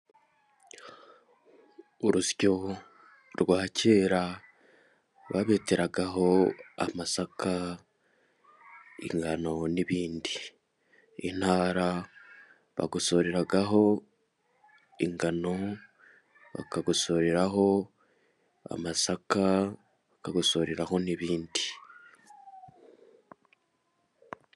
Urusyo rwa kera babeteragaho amasaka, ingano n'ibindi. Intara bagosoreragaho ingano, bakagosoreraho amasaka, bakagosoreraho n'ibindi.